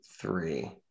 three